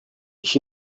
ich